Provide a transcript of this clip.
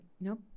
nope